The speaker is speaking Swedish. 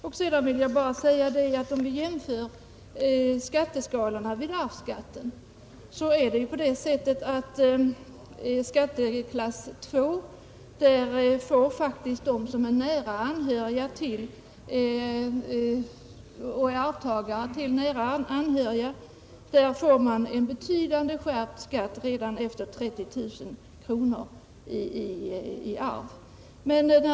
Om vi jämför de skatteskalor som gäller för arvsskatten, finner vi att enligt skatteklass II får faktiskt de som är arvtagare till nära anhörig en betydande skatteskärpning redan efter 30 000 kronor i arv.